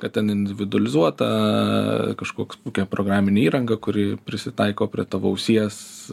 kad ten individualizuota kažkoks kokia programinė įranga kuri prisitaiko prie tavo ausies